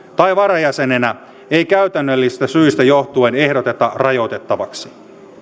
tai varajäsenenä ei käytännöllisistä syistä johtuen ehdoteta rajoitettavaksi